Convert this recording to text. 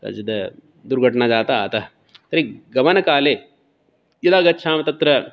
यद् दुर्घटना जाता अतः तर्हि गमनकाले यदा गच्छामः तत्र